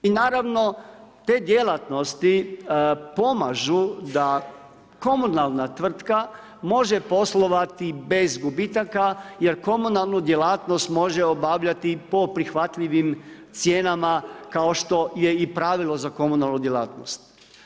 I naravno te djelatnosti pomažu da komunalna tvrtka može poslovati bez gubitaka jer komunalnu djelatnost može obavljati po prihvatljivim cijenama kao što je i pravilo za komunalnu djelatnost.